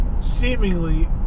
seemingly